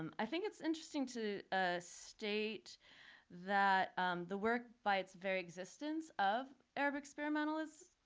um i think it's interesting to state that the work, by its very existence of arab experimentalists,